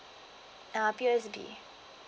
ah P_O_S_B